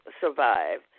survive